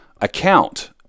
account